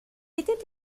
était